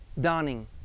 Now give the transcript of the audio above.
dawning